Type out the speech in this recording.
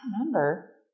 Remember